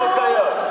לא קיים.